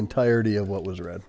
entirety of what was read